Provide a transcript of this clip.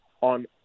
on